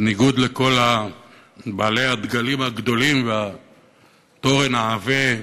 בניגוד לכל בעלי הדגלים הגדולים והתורן העבה,